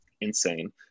insane